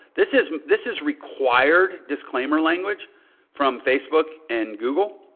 this is, this is required disclaimer language from facebook and google.